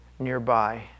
nearby